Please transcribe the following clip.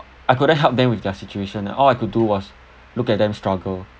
I couldn't help them with their situation and all I could do was look at them struggle